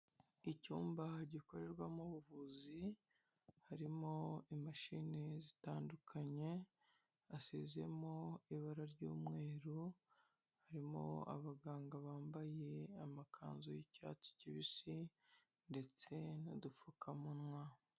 Icyumba gikorerwamo ubuvuzi, harimo imashini zitandukanye hasizemo ibara ry'umweru, harimo abaganga bambaye amakanzu y'icyatsi kibisi ndetse n'udupfukamunwa.